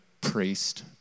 priest